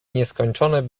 nieskończone